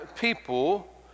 people